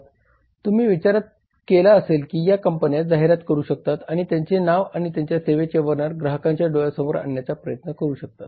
तुम्ही विचार केला असेल की या कंपन्या जाहिरात करू शकतात आणि त्यांचे नाव आणि त्यांच्या सेवेचे वर्णन ग्राहकांच्या डोळ्यांसमोर आणण्याचा प्रयत्न करू शकतात